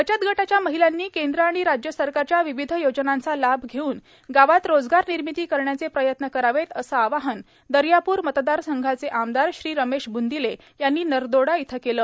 बचत गटाच्या महिलांनी केंद्र आणि राज्य सरकारच्या विविध योजनांचा लाभ घेवून गावात रोजगार निर्मिती करण्याचे प्रयत्न करावेत असं आवाहन दर्याप्रर मतदार संघाचे आमदार श्री रमेश ब्रंदिले यांनी नरदोडा इथं केलं